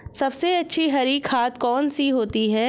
सबसे अच्छी हरी खाद कौन सी होती है?